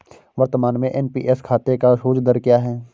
वर्तमान में एन.पी.एस खाते का सूद दर क्या है?